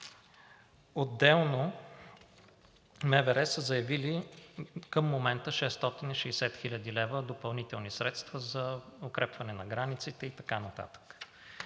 Отделно МВР са заявили към момента 660 хил. лв. допълнителни средства за укрепване на границите и така нататък.